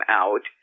out